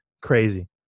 Crazy